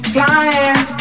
Flying